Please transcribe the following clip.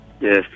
yes